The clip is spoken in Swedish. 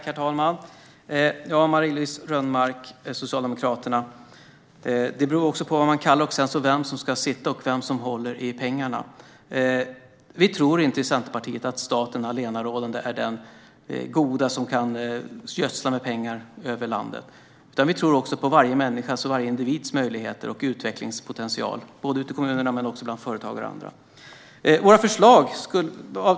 Herr talman! Marie-Louise Rönnmark från Socialdemokraterna! Det beror också på vad man kallar det och vem som ska sitta och hålla i pengarna. Vi i Centerpartiet tror inte att staten allenarådande är den som är god och som ska gödsla med pengar över landet. Vi tror på varje människas och varje individs möjligheter och utvecklingspotential, ute i kommunerna men också bland företagare och andra.